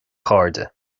chairde